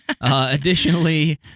Additionally